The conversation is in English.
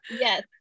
Yes